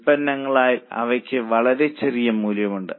ഉൽപ്പന്നങ്ങളാൽ അവയ്ക്ക് വളരെ ചെറിയ മൂല്യമുണ്ട്